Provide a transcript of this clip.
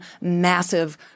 massive